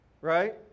right